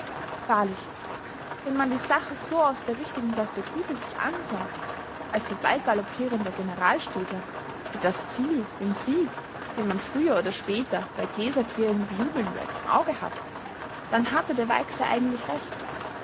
wahrlich wenn man die sache so aus der richtigen perspektive sich ansah als vorbeigaloppierender generalstäbler der das ziel den sieg den man früher oder später bei gläserklirren bejubeln wird im auge hat dann hatte der weixler eigentlich recht